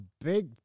big